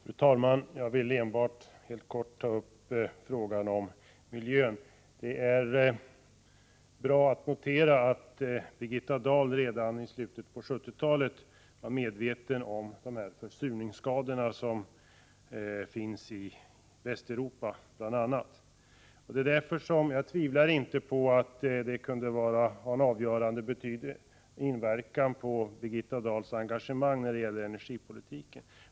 Fru talman! Jag vill bara helt kort ta upp frågan om miljön. Det är värt att notera att Birgitta Dahl redan i slutet på 70-talet var medveten om de försurningsskador som förekommer bl.a. i Västeuropa. Jag tvivlar inte på att detta kunde ha en avgörande inverkan på Birgitta Dahls engagemang när det gäller energipolitiken.